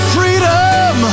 Freedom